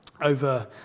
over